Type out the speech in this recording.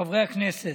חברי הכנסת,